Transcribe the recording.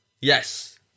Yes